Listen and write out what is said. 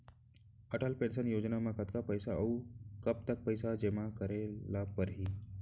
Atal pension Yojana म कतका पइसा, अऊ कब तक पइसा जेमा करे ल परही?